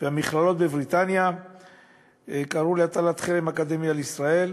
והמכללות בבריטניה קרא להטיל חרם אקדמי על ישראל.